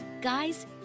Guys